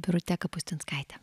birute kapustinskaite